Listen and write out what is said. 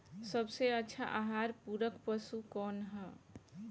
सबसे अच्छा आहार पूरक पशु कौन ह?